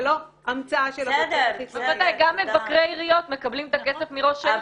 זה לא המצאה של -- גם מבקרי עיריות מקבלים את הכסף מראש העיר